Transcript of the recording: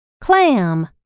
clam